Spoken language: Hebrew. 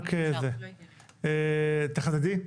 תחדדי,